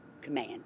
command